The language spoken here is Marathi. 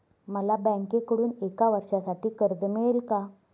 मला बँकेकडून एका वर्षासाठी कर्ज मिळेल का?